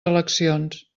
eleccions